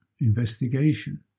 investigation